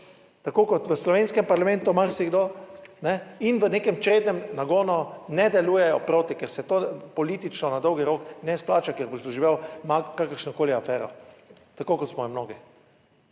tako kot v slovenskem parlamentu marsikdo in v nekem črednem nagonu ne delujejo proti, ker se to politično na dolgi rok ne splača, ker boš doživel kakršnokoli afero, tako kot smo jo mnogi.